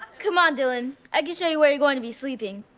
come on dylan, i can show you where you're gonna be sleeping.